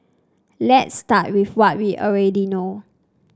let's start with what we already know